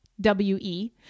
W-E